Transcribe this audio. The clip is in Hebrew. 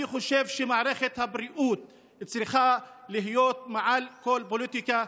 אני חושב שמערכת הבריאות צריכה להיות מעל כל פוליטיקה.